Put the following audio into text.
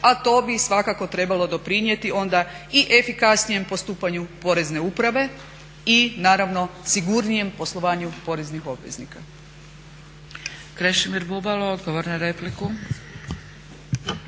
a to bi svakako trebalo doprinijeti onda i efikasnijem postupanju Porezne uprave i naravno sigurnijem poslovanju poreznih obveznika.